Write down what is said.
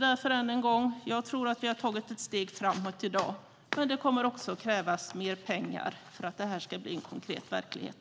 Därför, än en gång: Jag tror att vi har tagit ett steg framåt i dag, men det kommer också att krävas mer pengar för att detta ska bli konkret verklighet.